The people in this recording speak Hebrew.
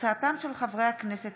בהצעתם של חברי הכנסת